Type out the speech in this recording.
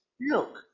Look